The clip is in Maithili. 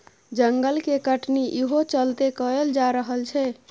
जंगल के कटनी इहो चलते कएल जा रहल छै